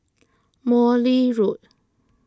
Morley Road